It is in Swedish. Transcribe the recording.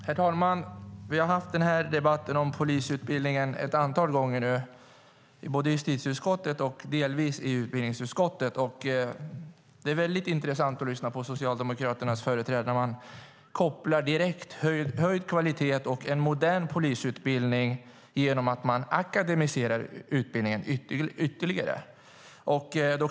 Herr talman! Vi har nu haft debatten om polisutbildningen ett antal gånger både i justitieutskottet och delvis i utbildningsutskottet. Det är väldigt intressant att lyssna på Socialdemokraternas företrädare. De kopplar direkt höjd kvalitet och en modern polisutbildning till att man akademiserar utbildningen ytterligare. Herr talman!